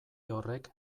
horrek